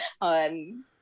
on